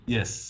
Yes